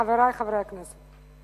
חברי חברי הכנסת,